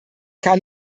kann